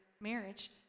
marriage